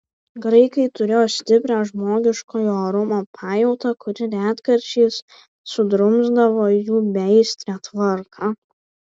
graikai turėjo stiprią žmogiškojo orumo pajautą kuri retkarčiais sudrumsdavo jų beaistrę tvarką